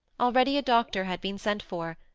already a doctor had been sent for,